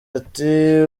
ati